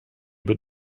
but